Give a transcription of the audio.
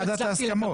ההסכמות.